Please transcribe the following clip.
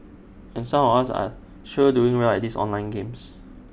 and some of us are sure doing well at these online games